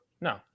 No